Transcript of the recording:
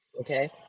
Okay